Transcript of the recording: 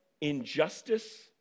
injustice